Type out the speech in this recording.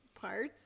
parts